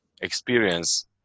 experience